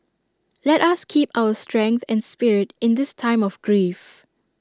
let us keep up our strength and spirit in this time of grief